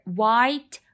white